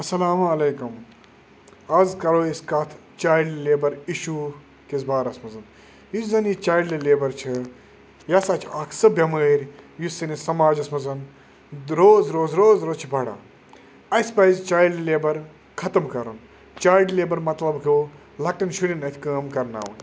اَسَلامُ علیکُم آز کَرو أسۍ کَتھ چایلڈ لیبَر اِشوٗ کِس بارَس منٛز یُس زَن یہِ چایلڈٕ لیبَر چھِ یہِ ہَسا چھُ اَکھ سُہ بٮ۪مٲرۍ یُس سٲنِس سماجَس منٛز روز روز روز روز چھِ بَڑان اَسہِ پَزِ چایلڈٕ لیبَر ختم کَرُن چایلڈ لیبَر مطلب گوٚو لَکٹٮ۪ن شُرٮ۪ن اَتھِ کٲم کَرناوٕنۍ